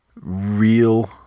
real